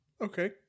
okay